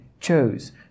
chose